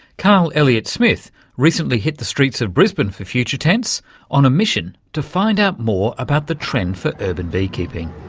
carl elliott smith recently hit the streets of brisbane for future tense on a mission to find out more about the trend for urban bee